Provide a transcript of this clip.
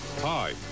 Hi